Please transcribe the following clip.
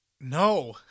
No